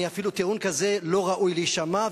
אפילו טיעון כזה לא ראוי להישמע,